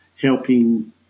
helping